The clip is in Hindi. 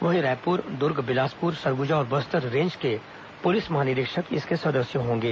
वहीं रायपुर दुर्ग बिलासपुर सरगुजा और बस्तर रेंज के पुलिस महानिरीक्षक इसके सदस्य होंगे